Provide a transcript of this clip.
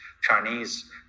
Chinese